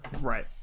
right